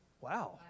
Wow